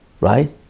Right